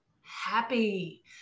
happy